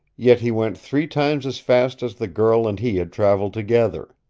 yet he went three times as fast as the girl and he had traveled together.